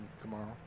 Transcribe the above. tomorrow